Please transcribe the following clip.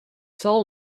soul